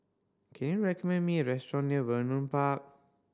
can you recommend me a restaurant near Vernon Park